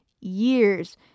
years